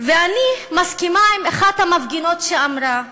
ואני מסכימה עם אחת המפגינות שאמרה: